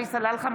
עלי סלאלחה,